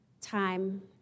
time